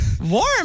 Warm